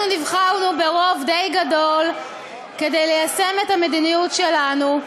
אנחנו נבחרנו ברוב די גדול כדי ליישם את המדיניות שלנו.